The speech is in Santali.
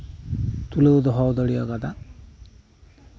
ᱛᱩᱞᱟᱹᱣ ᱫᱚᱦᱚ ᱫᱟᱲᱮ ᱠᱟᱫᱟ